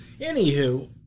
Anywho